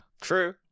True